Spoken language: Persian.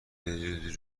بری